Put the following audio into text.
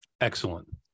Excellent